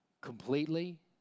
completely